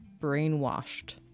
brainwashed